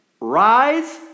rise